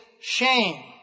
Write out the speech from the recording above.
shame